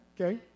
okay